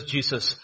Jesus